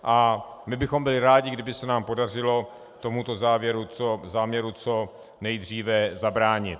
A my bychom byli rádi, kdyby se nám podařilo tomuto záměru co nejdříve zabránit.